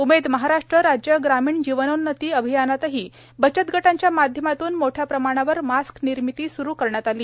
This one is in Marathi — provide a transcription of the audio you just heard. उमेद महाराष्ट्र राज्य ग्रामीण जीवनोन्नती अभियानातही बचत गटांच्या माध्यमातूनही मोठ्या प्रमाणावर मास्कनिर्मिती स्रु करण्यात आली